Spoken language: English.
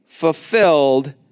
fulfilled